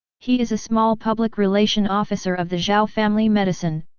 he is a small public relation officer of the zhao family medicine,